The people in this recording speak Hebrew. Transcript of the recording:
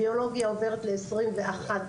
הביולוגיה עוברת ל-21.6,